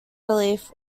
belief